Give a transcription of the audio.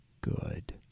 good